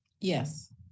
Yes